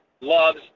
loves